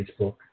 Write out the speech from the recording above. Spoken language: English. Facebook